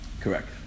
Correct